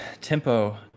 tempo